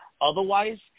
otherwise